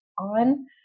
on